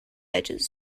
edges